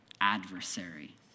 adversary